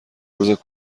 روز